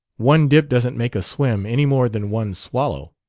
one dip doesn't make a swim, any more than one swallow